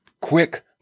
quick